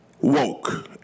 Woke